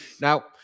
now